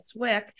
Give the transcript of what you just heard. Swick